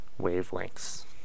wavelengths